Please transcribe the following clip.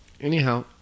anyhow